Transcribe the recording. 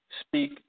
speak